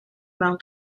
mewn